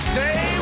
Stay